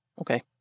Okay